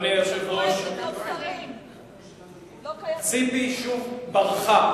אדוני היושב-ראש, ציפי שוב ברחה.